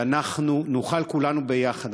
שאנחנו נוכל כולנו ביחד,